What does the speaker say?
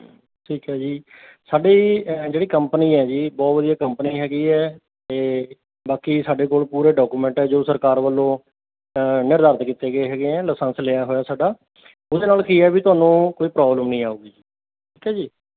ਠੀਕ ਹੈ ਜੀ ਸਾਡੀ ਜਿਹੜੀ ਕੰਪਨੀ ਹੈ ਜੀ ਬਹੁਤ ਵਧੀਆ ਕੰਪਨੀ ਹੈਗੀ ਹੈ ਅਤੇ ਬਾਕੀ ਸਾਡੇ ਕੋਲ ਪੂਰੇ ਡਾਕੂਮੈਂਟ ਹੈ ਜੋ ਸਰਕਾਰ ਵੱਲੋਂ ਨਿਰਧਾਰਿਤ ਕੀਤੇ ਗਏ ਹੈਗੇ ਹੈ ਲਾਇਸੈਂਸ ਲਿਆ ਹੋਇਆ ਸਾਡਾ ਉਹਦੇ ਨਾਲ ਕੀ ਹੈ ਵੀ ਤੁਹਾਨੂੰ ਕੋਈ ਪ੍ਰੋਬਲਮ ਨਹੀਂ ਆਵੇਗੀ ਜੀ ਠੀਕ ਹੈ ਜੀ